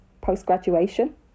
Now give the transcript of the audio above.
post-graduation